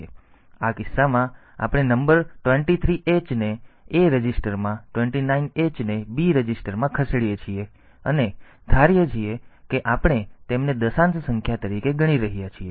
ઉદાહરણ તરીકે આ કિસ્સામાં આપણે નંબર 23 h ને A રજિસ્ટરમાં 29 h ને B રજિસ્ટરમાં ખસેડીએ છીએ અને ધારીએ છીએ કે આપણે તેમને દશાંશ સંખ્યા તરીકે ગણી રહ્યા છીએ